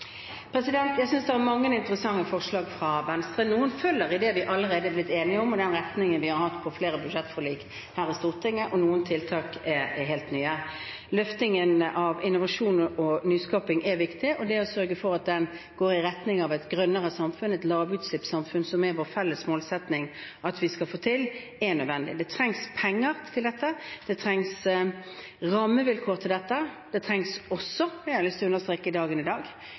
Jeg synes det er mange interessante forslag fra Venstre. Noen av dem følger det vi allerede er blitt enige om, og den retningen vi har hatt på flere budsjettforlik her i Stortinget, og noen tiltak er helt nye. Løftingen av innovasjon og nyskaping er viktig, og det å sørge for at det går i retning av et grønnere samfunn – et lavutslippssamfunn, som det er vår felles målsetting at vi skal få til – er nødvendig. Men det trengs penger til dette, det trengs rammevilkår til dette, og det trengs også – det har jeg lyst til å understreke i dag